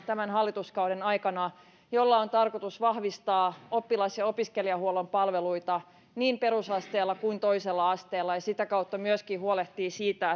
tämän hallituskauden aikana lisärahoitusta kaksikymmentäyhdeksän miljoonaa jolla on tarkoitus vahvistaa oppilas ja opiskelijahuollon palveluita niin perusasteella kuin toisella asteella ja sitä kautta myöskin huolehtia siitä